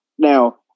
Now